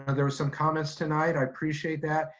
and there was some comments tonight, i appreciate that.